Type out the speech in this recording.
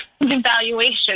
evaluation